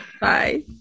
Bye